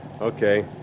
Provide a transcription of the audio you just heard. Okay